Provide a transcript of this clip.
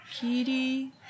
Kitty